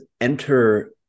enter